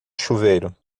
chuveiro